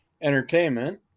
Entertainment